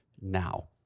now